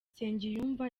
nsengiyumva